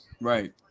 Right